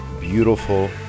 beautiful